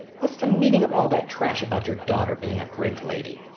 what's the meaning of all that trash about your daughter being a great lady?